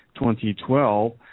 2012